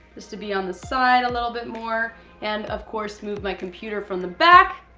just to be on the side a little bit more. and of course, move my computer from the back.